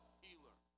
healer